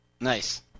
Nice